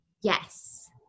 Yes